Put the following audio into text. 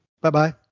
Bye-bye